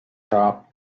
top